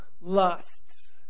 lusts